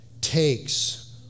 takes